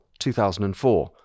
2004